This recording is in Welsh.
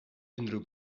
unrhyw